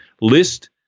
list